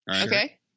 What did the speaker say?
Okay